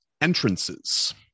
entrances